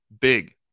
big